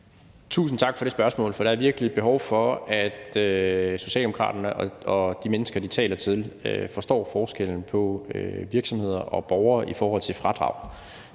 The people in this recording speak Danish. Tusind tak for det spørgsmål. For der er virkelig et behov for, at Socialdemokraterne og de mennesker, de taler til, forstår forskellen på virksomheder og borgere i forhold til fradrag.